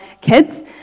kids